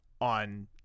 on